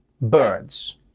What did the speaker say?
Birds